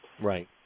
Right